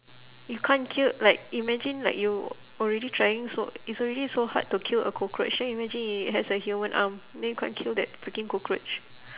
you can't kill like imagine like you already trying so it's already so hard to kill a cockroach then imagine it has a human arm then you can't kill that freaking cockroach